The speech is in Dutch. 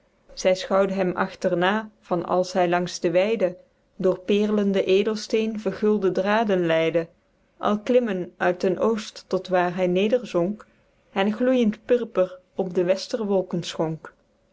zy schouwd hem achter na van als hy langs de weide door peerlende edelsteen vergulde draden leidde al klimmen uit den oost tot waer hy nederzonk en gloeijend purper op de westerwolken